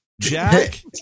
Jack